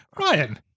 Ryan